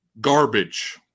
garbage